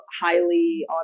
highly